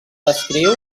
descriu